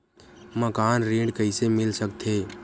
मकान ऋण कइसे मिल सकथे?